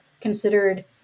considered